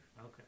Okay